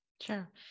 Sure